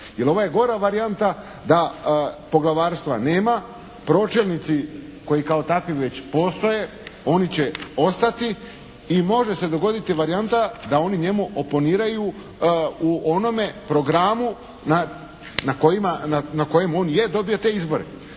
Jer ovo je gora varijanta da poglavarstva nema. Pročelnici koji kao takvi već postoje oni će ostati i može se dogoditi varijanta da oni njemu oponiraju u onome programu na kojima, na kojem on je dobio te izbore.